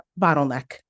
bottleneck